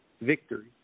victory